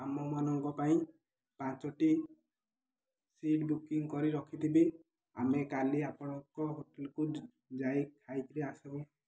ଆମମାନଙ୍କ ପାଇଁ ପାଞ୍ଚଟି ସିଟ୍ ବୁକିଂ କରି ରଖିଥିବି ଆମେ କାଲି ଆପଣଙ୍କ ହୋଟେଲକୁ ଯାଇ ଖାଇକରି ଆସୁ